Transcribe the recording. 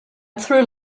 through